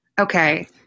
Okay